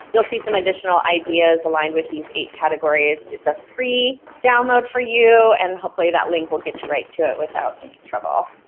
you'll see some additional ideas aligned with these eight categories. it's a free download for you, and hopefully that link will get you right to it without any trouble.